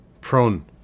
prone